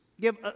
give